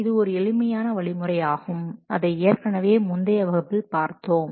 இது ஒரு எளிமையான வழிமுறை ஆகும் இதை ஏற்கனவே முந்தைய வகுப்பில் பார்த்தோம்